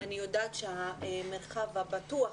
אני יודעת שהמרחב הבטוח,